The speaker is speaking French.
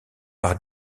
par